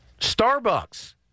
Starbucks